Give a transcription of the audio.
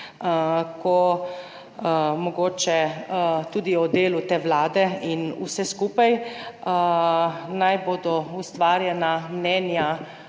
ko mogoče tudi o delu te Vlade in vse skupaj, naj bodo ustvarjena mnenja,